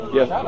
Yes